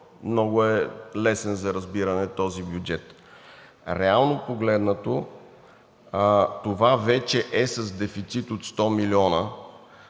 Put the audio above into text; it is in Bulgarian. Много е лесен за разбиране този бюджет. Реално погледнато, това вече е с дефицит от 100 милиона,